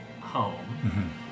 home